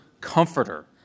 comforter